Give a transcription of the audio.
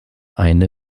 eine